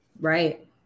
Right